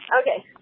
okay